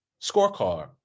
scorecard